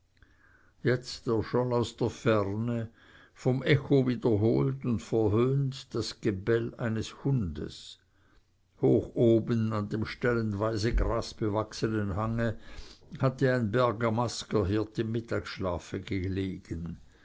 jetzt erscholl aus der ferne vom echo wiederholt und verhöhnt das gebell eines hundes hoch oben an dem stellenweise grasbewachsenen hange hatte ein bergamaskerhirt im mittagsschlafe gelegen